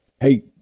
hey